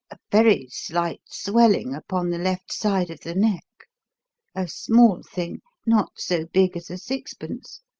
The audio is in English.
a very slight, swelling upon the left side of the neck a small thing, not so big as a sixpence.